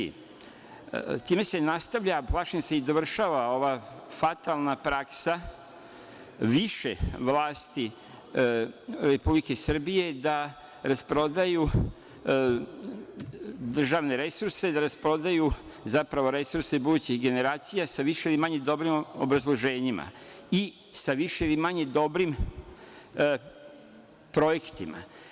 Time se nastavlja, plašim se i dovršava ova fatalna praksa, više vlasti Republike Srbije da rasprodaju državne resurse, da rasprodaju zapravo resurse budućih generacija sa više ili manje dobrim obrazloženjima i sa više ili manje dobrim projektima.